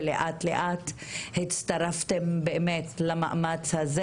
ולאט לאט הצטרפתם למאמץ הזה,